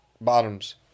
bottoms